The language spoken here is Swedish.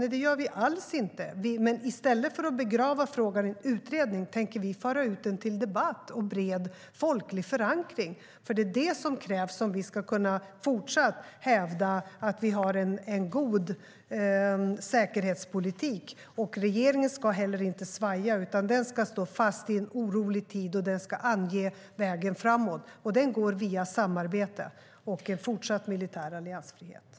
Det gör vi inte alls. Men i stället för att begrava frågan i en utredning tänker vi föra ut den till debatt och bred folklig förankring. Det är det som krävs om vi ska kunna fortsätta att hävda att vi har en god säkerhetspolitik. Regeringen ska inte heller svaja, utan den ska stå fast i en orolig tid och ska ange vägen framåt. Den går via samarbete och en fortsatt militär alliansfrihet.